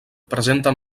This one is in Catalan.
presenten